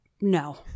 No